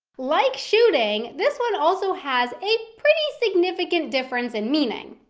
like shooting, this one also has a pretty significant difference in meaning.